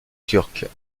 turques